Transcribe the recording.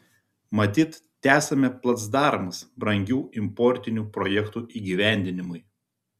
matyt tesame placdarmas brangių importinių projektų įgyvendinimui